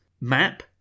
map